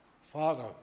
Father